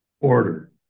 order